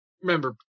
remember